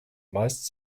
meist